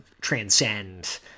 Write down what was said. transcend